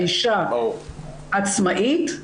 האישה עצמאית,